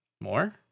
more